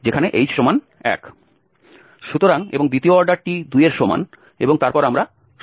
সুতরাং এবং দ্বিতীয় অর্ডারটি 2 এর সমান এবং তারপর আমরা সরলীকরণ করতে পারি